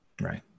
right